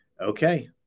Okay